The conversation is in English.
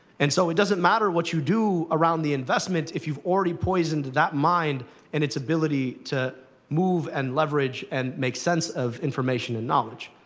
and so it doesn't matter what you do around the investment if you've already poisoned that mind and its ability to move, and leverage, and make sense of information and knowledge.